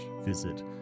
visit